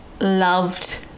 loved